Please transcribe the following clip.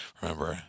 remember